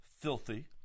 filthy